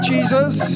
Jesus